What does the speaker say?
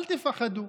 אל תפחדו,